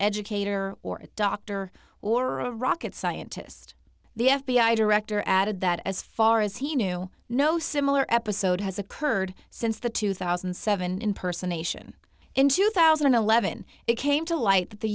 educator or a doctor or a rocket scientist the f b i director added that as far as he knew no similar episode has occurred since the two thousand and seven in person nation in two thousand and eleven it came to light that the